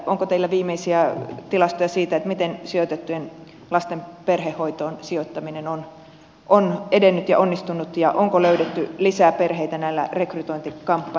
onko teillä viimeisiä tilastoja siitä miten sijoitettujen lasten perhehoitoon sijoittaminen on edennyt ja onnistunut ja onko löydetty lisää perheitä näillä rekrytointikampanjoilla